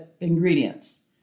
ingredients